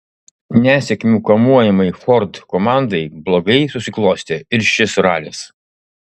nesėkmių kamuojamai ford komandai blogai susiklostė ir šis ralis